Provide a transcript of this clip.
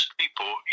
people